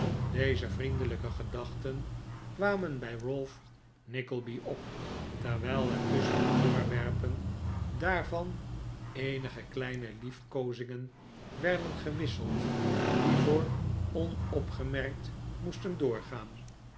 deze vriendelijke gedachten kwamen bij ralph nickleby op terwijl er tusschen de voorwerpen daarvan eenige kleine liefkoozingen werden gewisseld die voor onopgemerkt moesten doorgaan